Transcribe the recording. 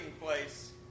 place